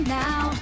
now